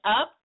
up